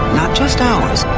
not just ours,